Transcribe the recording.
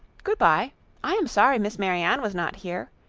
good-by i am sorry miss marianne was not here.